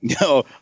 No